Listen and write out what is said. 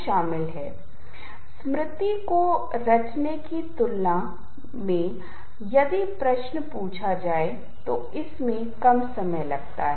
स्रोत स्थान स्रोत की खोज करने की प्रवृत्ति हमारे द्वारा ध्वनि को समझने के तरीके का एक बहुत ही दिलचस्प पहलू है